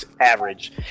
average